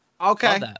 Okay